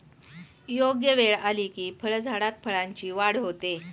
योग्य वेळ आली की फळझाडात फळांची वाढ होते